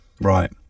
right